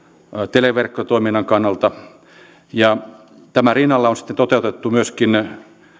televerkkotoiminnan kannalta tämän rinnalla on sitten toteutettu myöskin